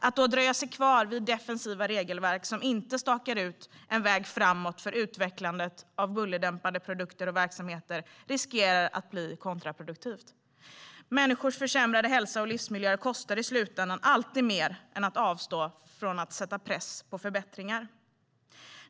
Att då dröja sig kvar vid defensiva regelverk som inte stakar ut en väg framåt för utvecklandet av bullerdämpande produkter och verksamheter riskerar att bli kontraproduktivt. Människors försämrade hälsa och livsmiljö kostar i slutändan alltid mer än att avstå från att sätta press för att nå förbättringar.